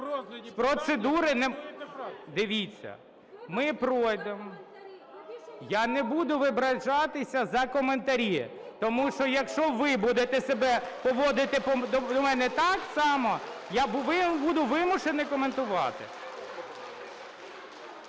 процедури не... Дивіться, ми пройдемо... Я не буду вибачатися за коментарі, тому що якщо ви будете себе поводити до мене так само, я буду вимушений коментувати.